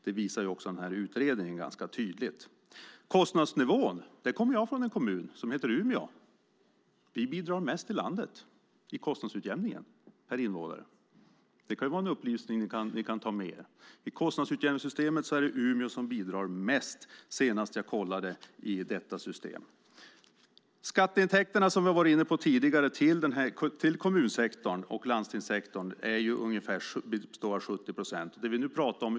Det visar också utredningen ganska tydligt. Sedan är det kostnadsnivån. Jag kommer från en kommun som heter Umeå, och vi bidrar mest i landet per invånare i kostnadsutjämningen. Det är en upplysning ni kan ta med er: I kostnadsutjämningssystemet är det Umeå som bidrar mest. Så var det senast jag kollade. Skatteintäkterna, som vi har varit inne på tidigare, till kommun och landstingssektorn utgör 70 procent.